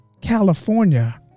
California